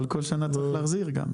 אבל כל שנה צריך להחזיר גם.